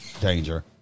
Danger